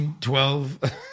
Twelve